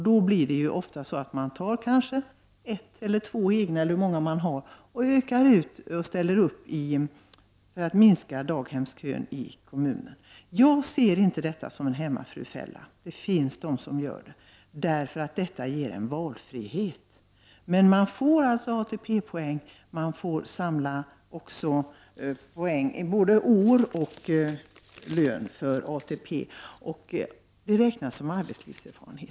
Då blir det oftast så att man tar ett eller två egna eller hur många man har och ställer sedan upp för att minska daghemskön i kommunen. Jag ser inte detta som en hemmafrufälla — det finns de som gör det — därför att detta ger en valfrihet. Man får räkna både åren och lönen som grund för ATP, och arbetet räknas som arbetslivserfarenhet.